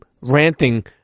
ranting